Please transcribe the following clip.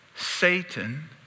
Satan